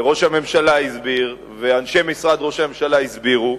וראש הממשלה הסביר ואנשי משרד ראש הממשלה הסבירו.